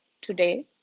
today